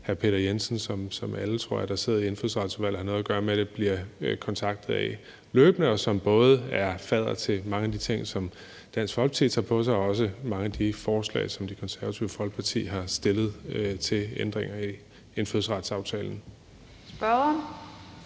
hr. Peter Jensen, som alle, der sidder i Indfødsretsudvalget, har noget at gøre med, tror jeg, og bliver kontaktet af løbende. Han er både fadder til mange af de ting, som Dansk Folkeparti tager på sig, og også til mange af de forslag, som Det Konservative Folkeparti har stillet om ændringer i indfødsretsaftalen. Kl.